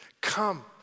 Come